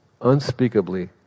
unspeakably